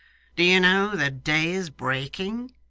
do you know the day is breaking